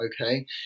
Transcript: okay